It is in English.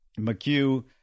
McHugh